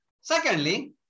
Secondly